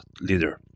leader